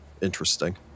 interesting